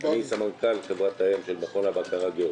אני סמנכ"ל חברת האם של מכון הבקרה "גאודע